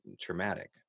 traumatic